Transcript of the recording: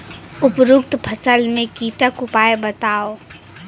उपरोक्त फसल मे कीटक उपाय बताऊ?